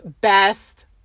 best